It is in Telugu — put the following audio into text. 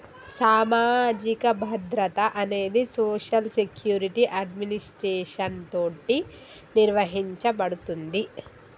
సామాజిక భద్రత అనేది సోషల్ సెక్యురిటి అడ్మినిస్ట్రేషన్ తోటి నిర్వహించబడుతుంది